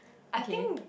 I think